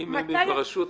אם אמי בראשות,